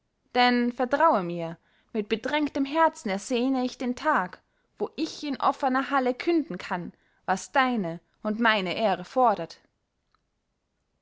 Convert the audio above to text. denn vertraue mir mit bedrängtem herzen ersehne ich den tag wo ich in offener halle künden kann was deine und meine ehre fordert